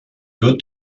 wird